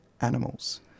animals